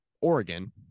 Oregon